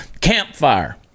campfire